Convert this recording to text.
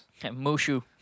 Mushu